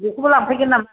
बेखौबो लांफैगोन नामा